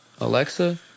Alexa